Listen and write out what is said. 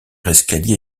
escalier